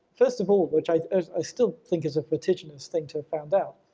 first of all, which i i still think is a fortigenous thing to have found out,